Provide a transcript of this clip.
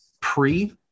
pre